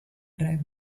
drive